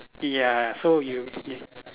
ya so you you